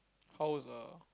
how was uh